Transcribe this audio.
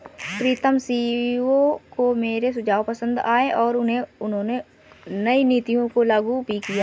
प्रीतम CEO को मेरे सुझाव पसंद आए हैं और उन्होंने नई नीतियों को लागू भी किया हैं